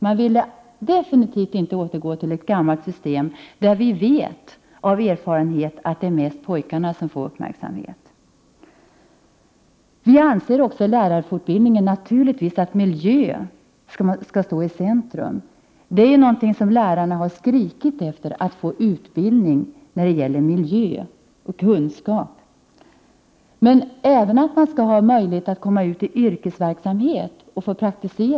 Man vill definitivt inte återgå till det gamla systemet. Av erfarenhet vet vi ju att det mest varit pojkarna som fått uppmärksamhet där. När det gäller lärarfortbildningen anser vi naturligtvis att miljön skall stå i centrum. Vad lärarna verkligen har skrikit efter är ju att få utbildning i miljöfrågor. Vidare skall det vara möjligt att komma ut i yrkeslivet för att få praktik.